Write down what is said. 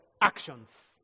actions